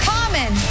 Common